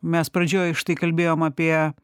mes pradžioj štai kalbėjom apie